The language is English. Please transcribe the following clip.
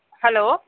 hello